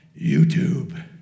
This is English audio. YouTube